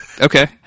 okay